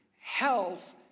Health